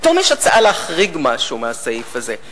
פתאום יש הצעה להחריג משהו מהסעיף הזה,